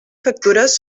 factures